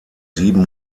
sieben